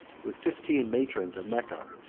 with fifteen matrons of mecca,